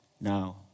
Now